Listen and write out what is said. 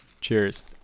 cheers